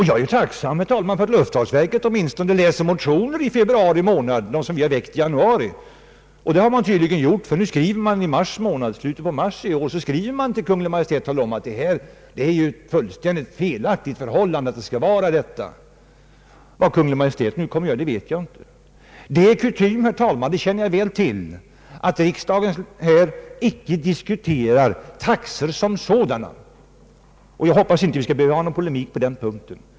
Jag är tacksam för att luftfartsverket i februari månad läser de motioner som vi väckt i januari. Det hade tydligen luftfartsverket gjort, ty i mars skrev verket till Kungl. Maj:t och talade om att det råder fullständigt felaktiga förhållanden på detta område. Vad Kungl. Maj:t kommer att göra vet jag inte, Det är kutym, herr talman, och jag känner väl till den, att riksdagen icke diskuterar taxor som sådana, och jag hoppas att vi inte skall behöva ha polemik på den punkten.